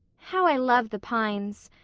how i love the pines!